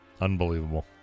Unbelievable